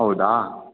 ಹೌದಾ